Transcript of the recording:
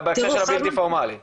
בהקשר של הבלתי פורמאלי?